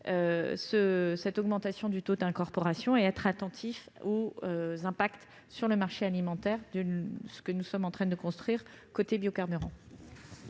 l'augmentation du taux d'incorporation et être attentif aux impacts sur le marché alimentaire du dispositif que nous sommes en train de construire sur les biocarburants.